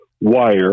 wire